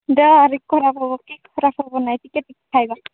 ଦେହ ବି ଖରାପ ହେବ କି ଖରାପ ହେବ ନାହିଁ ଟିକେ ଟିକେ ଖାଇବା